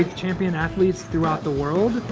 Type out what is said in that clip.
champion athletes throughout the world,